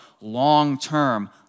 long-term